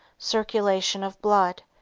circulation of blood,